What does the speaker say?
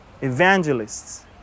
evangelists